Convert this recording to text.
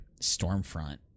Stormfront